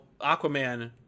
Aquaman